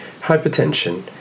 Hypertension